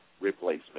replacement